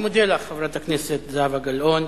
אני מודה לך, חברת הכנסת זהבה גלאון.